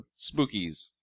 Spookies